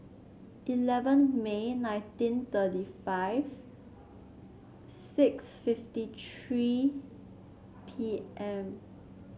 eleven May nineteen thirty five six fifty tree P M